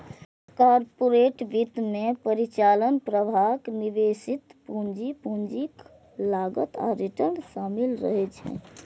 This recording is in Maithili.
कॉरपोरेट वित्त मे परिचालन प्रवाह, निवेशित पूंजी, पूंजीक लागत आ रिटर्न शामिल रहै छै